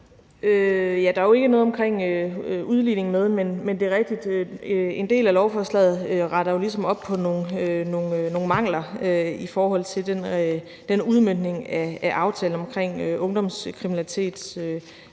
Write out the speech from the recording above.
Der er jo ikke noget om udligning med, men det er rigtigt, at en del af lovforslaget ligesom retter op på nogle mangler i forhold til den udmøntning af aftalen om ungdomskriminalitetsnævnet,